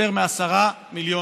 הדבר הזה הוא מסוכן.